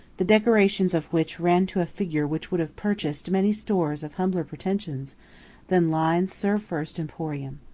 the decorations of which ran to a figure which would have purchased many stores of humbler pretensions than lyne's serve first emporium.